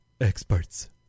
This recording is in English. experts